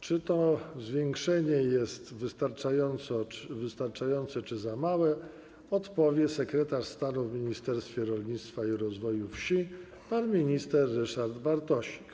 Czy to zwiększenie jest wystarczające czy za małe, odpowie sekretarz stanu w Ministerstwie Rolnictwa i Rozwoju Wsi pan minister Ryszard Bartosik.